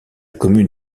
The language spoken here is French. commune